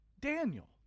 Daniel